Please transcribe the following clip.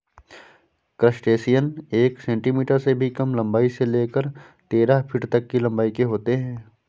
crustacean एक centimetre से भी कम लंबाई से लेकर तेरह फीट तक की लंबाई के होते हैं